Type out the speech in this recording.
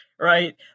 right